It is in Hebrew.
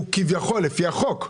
הוא כביכול לפי החוק.